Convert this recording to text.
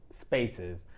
spaces